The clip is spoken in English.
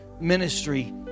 ministry